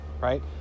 right